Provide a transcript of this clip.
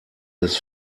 des